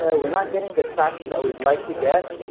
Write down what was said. ah we're not getting the traction that we'd like to get.